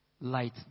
light